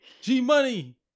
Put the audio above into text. G-Money